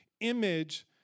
Image